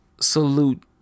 salute